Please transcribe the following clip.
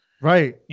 Right